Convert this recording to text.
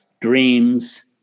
dreams